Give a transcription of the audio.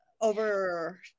over